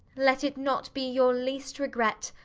let it not be your least regret,